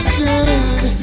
good